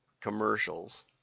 commercials